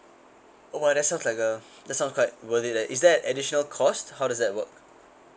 oh !wow! that sounds like a that sounds quite worth it there is there additional cost how does that work